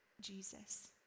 Jesus